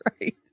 right